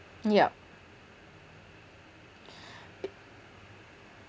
yup